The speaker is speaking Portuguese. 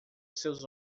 seus